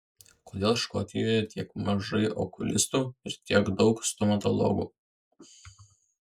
kodėl škotijoje tiek mažai okulistų ir tiek daug stomatologų